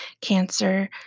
cancer